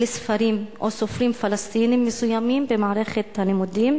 ספרים או סופרים פלסטינים מסוימים במערכת הלימודים?